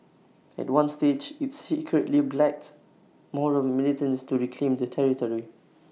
at one stage IT secretly blacked Moro militants to reclaim the territory